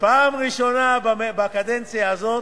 כאשר פעם ראשונה בקדנציה הזאת